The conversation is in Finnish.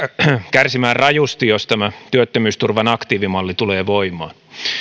kärsimään rajusti jos tämä työttömyysturvan aktiivimalli tulee voimaan